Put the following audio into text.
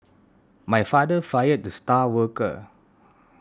my father fired the star worker